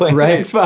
but right, so